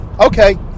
okay